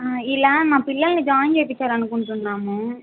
ఇలా మా పిల్లల్ని జాయిన్ చేయించాలని అనుకుంటున్నాము